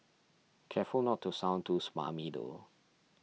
careful not to sound too smarmy though